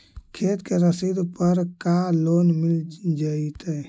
खेत के रसिद पर का लोन मिल जइतै?